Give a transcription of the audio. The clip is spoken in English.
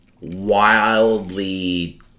wildly